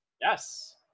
yes